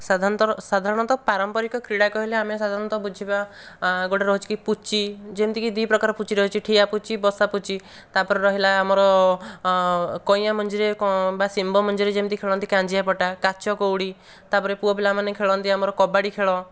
ସାଧାରଣତର ସାଧାରଣତଃ ପାରମ୍ପରିକ କ୍ରୀଡ଼ା କହିଲେ ଆମେ ସାଧାରଣତଃ ବୁଝିବା ଗୋଟିଏ ରହୁଛି କି ପୁଚି ଯେମିତିକି ଦି ପ୍ରକାର ପୁଚି ରହୁଛି ଠିଆ ପୁଚି ବସା ପୁଚି ତାପରେ ରହିଲା ଆମର କଇଁଆ ମଞ୍ଜିରେ କ'ଣ ବା ସିମ୍ବ ମଞ୍ଜିରେ ଯେମିତି ଖେଳନ୍ତି କାଞ୍ଜିଆ ପଟା କାଚ କଉଡ଼ି ତାପରେ ପୁଅପିଲା ମାନେ ଖେଳନ୍ତି ଆମର କବାଡ଼ି ଖେଳ